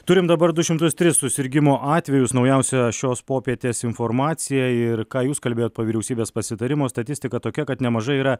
turim dabar du šimtus tris susirgimo atvejus naujausia šios popietės informacija ir ką jūs kalbėjot po vyriausybės pasitarimo statistika tokia kad nemažai yra